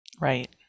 Right